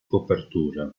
copertura